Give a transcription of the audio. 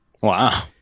Wow